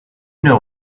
know